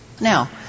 Now